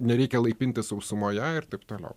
nereikia laipintis sausumoje ir taip toliau